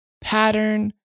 pattern